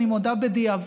אני מודה בדיעבד,